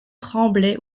tremblaient